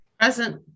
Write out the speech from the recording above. Present